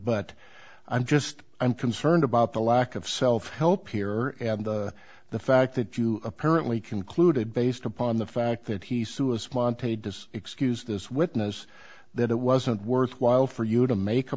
but i'm just i'm concerned about the lack of self help here and the fact that you apparently concluded based upon the fact that he sue us wanted to excuse this witness that it wasn't worthwhile for you to make a